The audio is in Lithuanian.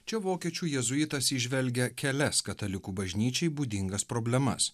čia vokiečių jėzuitas įžvelgia kelias katalikų bažnyčiai būdingas problemas